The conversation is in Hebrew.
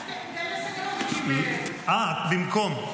--- אז במקום.